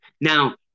Now